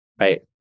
right